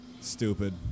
stupid